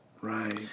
right